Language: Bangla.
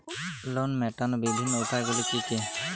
লোন মেটানোর বিভিন্ন উপায়গুলি কী কী?